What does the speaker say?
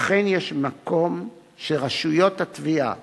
אכן, יש מקום שרשויות התביעה